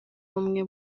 w’ubumwe